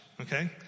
okay